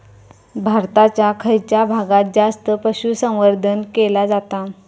भारताच्या खयच्या भागात जास्त पशुसंवर्धन केला जाता?